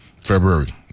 February